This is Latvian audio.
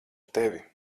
tevi